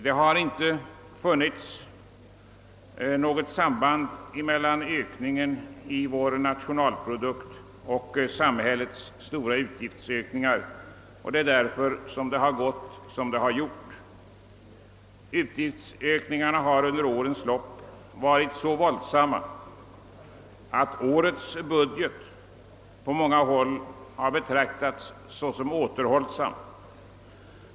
Det har inte funnits något samband mellan ökningen av vår bruttonationalprodukt och samhällets stora utgiftsökningar, och det är därför det gått som det gått. Utgiftsökningarna har under årens lopp varit så våldsamma, att årets budget på många håll har betraktats som återhållsam.